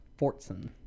Fortson